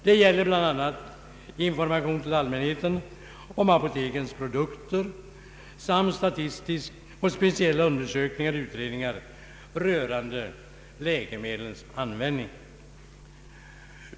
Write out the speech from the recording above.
Det gäller bl.a. information till allmänheten om apotekens produkter samt statistiska och speciella undersökningar och utredningar rörande läkemedlens användning.